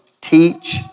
Teach